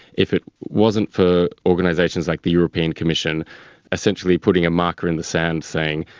if it wasn't for organisations like the european commission essentially putting a marker in the sand saying,